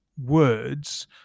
words